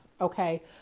okay